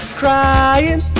crying